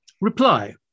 Reply